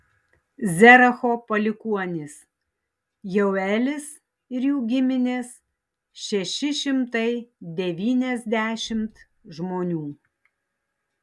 zeracho palikuonys jeuelis ir jų giminės šeši šimtai devyniasdešimt žmonių